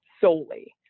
solely